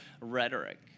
rhetoric